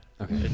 Okay